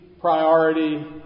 priority